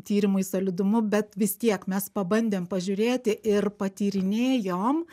tyrimui solidumu bet vis tiek mes pabandėm pažiūrėti ir patyrinėjom